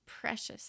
precious